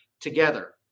together